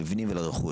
למבנים ולרכוש.